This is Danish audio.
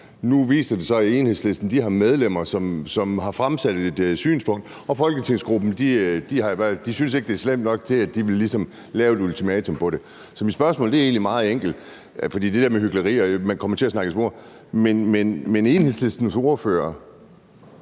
Nu viser det sig så, at Enhedslisten har medlemmer, som har fremsat et synspunkt, og folketingsgruppen synes ikke, det er slemt nok, til at de ligesom vil stille et ultimatum på det. Så mit spørgsmål er egentlig meget enkelt. For der er det der med hykleri, og man kommer til at snakke i spor. Men Enhedslistens ordfører